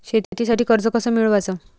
शेतीसाठी कर्ज कस मिळवाच?